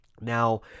Now